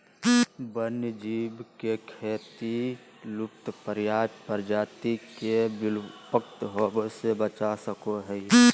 वन्य जीव के खेती लुप्तप्राय प्रजाति के विलुप्त होवय से बचा सको हइ